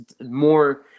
more